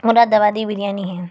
مرادآبادی بریانی ہے